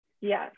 Yes